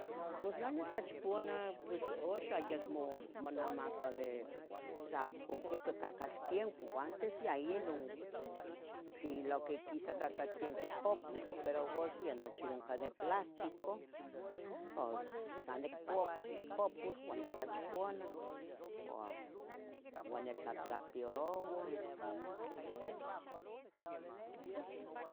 Pos neh nitlachipuana pues uxa yacmo monamaca de sa itconcuihcui cacaltienco, antes ya ino tlen lo quisa cacaltenco pupotl, pero uxa nochi ya oncan de plástico, pos san nic pouca popotl ua nitlachipuana, ua ua, nitlatrapearoua, es esa.